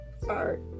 Sorry